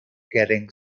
getting